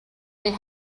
they